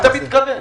למי אתה מתכוון?